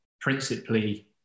principally